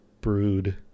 brood